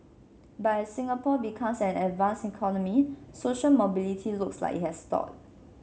but as Singapore becomes an advanced economy social mobility looks like it has stalled